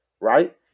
right